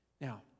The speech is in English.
Now